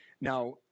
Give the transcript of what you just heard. now